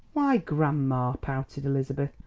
why, grandma! pouted elizabeth.